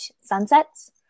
sunsets